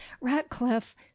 ratcliffe